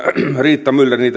riitta myller